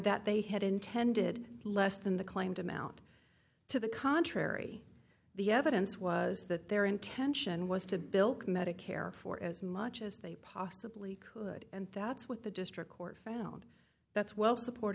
that they had intended less than the claimed amount to the contrary the evidence was that their intention was to bilk medicare for as much as they possibly could and that's what the district court found that's well support